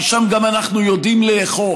כי שם אנחנו גם יודעים לאכוף.